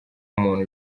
muntu